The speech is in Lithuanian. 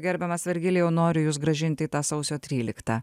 gerbiamas vergilijau noriu jus grąžinti į tą sausio tryliktą